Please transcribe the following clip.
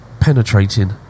penetrating